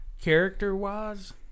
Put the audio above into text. Character-wise